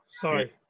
Sorry